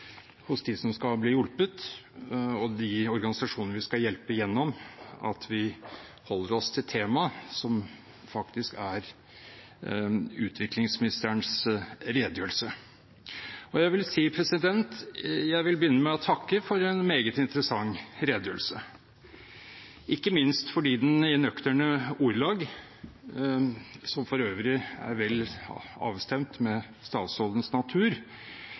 hos dem som skal bli hjulpet, og de organisasjonene vi skal hjelpe gjennom, at vi holder oss til temaet, som faktisk er utviklingsministerens redegjørelse. Jeg vil begynne med å takke for en meget interessant redegjørelse, ikke minst fordi den i nøkterne ordelag, som for øvrig er vel avstemt med statsrådens natur,